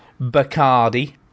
Bacardi